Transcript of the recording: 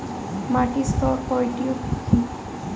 মাটির স্তর কয়টি ও কি কি?